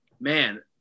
man